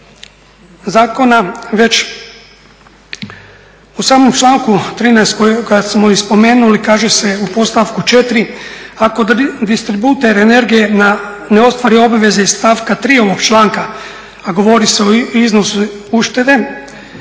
zakona već u samom članku 13. koji kad smo i spomenuli kaže se u podstavku 4. ako distributer energije ne ostvari obveze iz stavka 3. ovog članka, a govori se o iznosu uštede